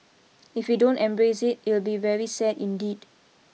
if we don't embrace it it'll be very sad indeed